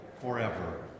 forever